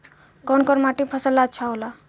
कौन कौनमाटी फसल ला अच्छा होला?